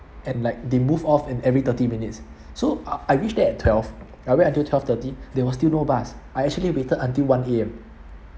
and like they move off in every thirty minutes so ah I reached there at twelve I wait until twelve thirty there was still no bus I actually waited until one A_M